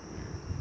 okay